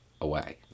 away